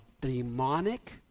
demonic